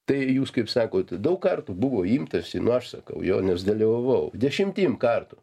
tai jūs kaip sakot daug kartų buvo imtasi nu aš sakau jo nes dalyvavau dešimtim kartų